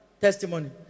testimony